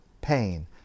pain